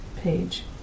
page